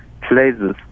places